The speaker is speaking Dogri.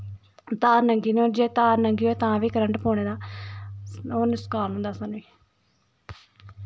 तार नंगी नी होनी चाही दी तार मंगी होऐ तां बी करंट पौने दा नुक्सान होंदा साह्नू